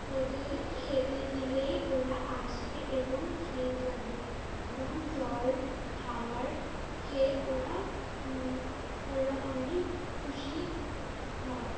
ওদের খেতে দিলেই ওরা আসবে এবং খেয়ে যাবে এবং জল খাওয়ার খেয়ে ওরা ওরা অনেক খুশি হয়